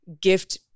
gift